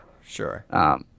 sure